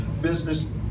business